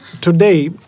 today